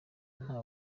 nta